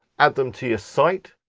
add them to your site,